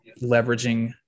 leveraging